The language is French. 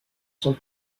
sont